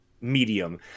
medium